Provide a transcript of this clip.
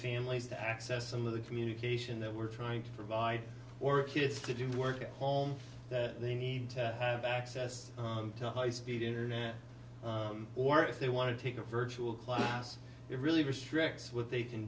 families to access some of the communication that we're trying to provide or kids to do work at home that they need to have access to high speed internet or if they want to take a virtual class it really restricts what they can